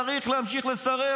במלחמה: צריך להמשיך לסרב,